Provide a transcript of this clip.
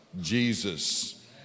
Jesus